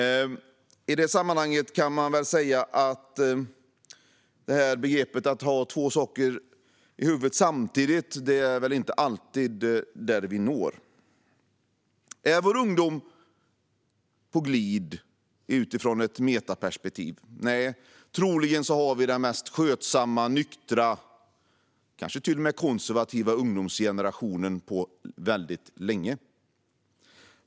I det sammanhanget kan man säga att vi inte alltid når fram till begreppet att ha två saker i huvudet samtidigt. Är våra ungdomar på glid, utifrån ett metaperspektiv? Nej, troligen har vi den mest skötsamma, nyktra, kanske till och med konservativa ungdomsgenerationen på länge.